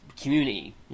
community